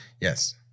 Yes